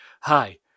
Hi